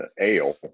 ale